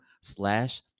slash